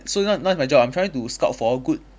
so now now is my job I'm trying to scout for a good